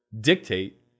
dictate